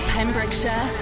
Pembrokeshire